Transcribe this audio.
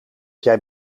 jij